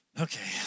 Okay